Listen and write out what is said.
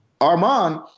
Armand